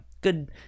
good